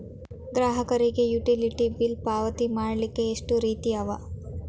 ಗ್ರಾಹಕರಿಗೆ utility bill ಪಾವತಿ ಮಾಡ್ಲಿಕ್ಕೆ ಎಷ್ಟ ರೇತಿ ಅವ?